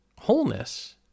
wholeness